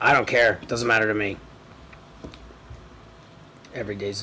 i don't care it doesn't matter to me every day